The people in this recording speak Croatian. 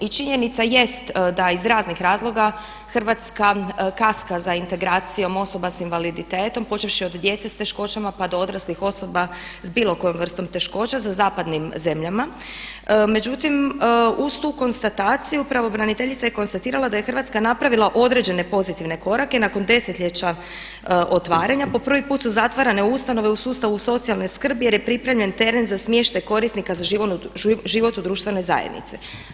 I činjenica jest da iz raznih razloga Hrvatska kaska za integracijom osoba s invaliditetom počevši od djece s teškoćama pa do odraslih osoba s bilo kojom vrstom teškoća za zapadnim zemljama, međutim uz tu konstataciju pravobraniteljica je konstatirala da je Hrvatska napravila određene pozitivne korake i nakon desetljeća otvaranja po prvi put su zatvarane ustanove u sustavu socijalne skrbi jer je pripremljen teren za smještaj korisnika za život u društvenoj zajednici.